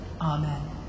Amen